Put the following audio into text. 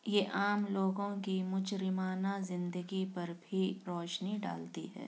یہ عام لوگوں کی مُجرمانہ زندگی پر بھی روشنی ڈالتی ہے